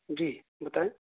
جی بتائیں